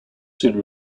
soon